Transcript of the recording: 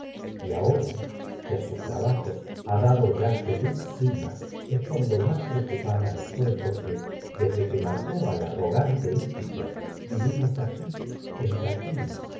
y ya ahora que a sus trabajos ha dado estoy feliz cima es cuan do más preocupada ifito de porque en desde que mató al arrogante vivimos un se aquí traquina